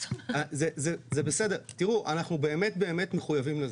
זה בסדר, תראו, אנחנו באמת באמת מחויבים לזה.